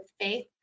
faith